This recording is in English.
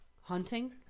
hunting